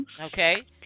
Okay